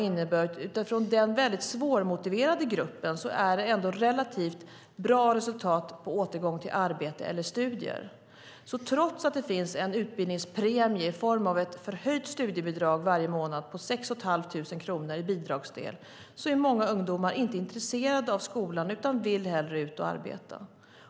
I den mycket svårmotiverade gruppen är det ändå ett relativt bra resultat när det gäller återgång till arbete eller studier. Trots att det finns en utbildningspremie i form av ett förhöjt studiebidrag på 6 500 kronor i bidragsdel varje månad är många ungdomar inte intresserade av skolan utan vill hellre ut och arbeta.